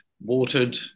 watered